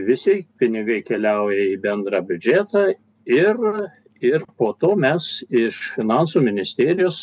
visai pinigai keliauja į bendrą biudžetą ir ir po to mes iš finansų ministerijos